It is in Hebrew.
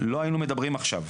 לא היינו מדברים עכשיו.